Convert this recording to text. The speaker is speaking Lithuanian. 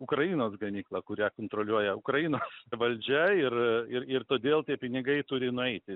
ukrainos gamyklą kurią kontroliuoja ukrainos valdžia ir ir ir todėl tie pinigai turi nueiti